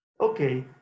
Okay